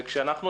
וכשאנחנו,